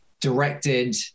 directed